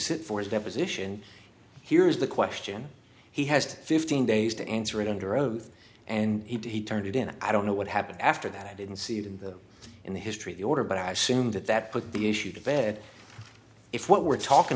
sit for his deposition here's the question he has fifteen days to answer it under oath and he turned it in i don't know what happened after that i didn't see it in the in the history of the order but i assume that that put the issue to bed if what we're talking